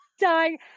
dying